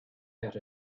out